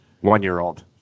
one-year-old